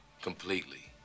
completely